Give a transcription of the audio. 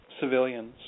civilians